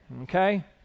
Okay